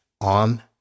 on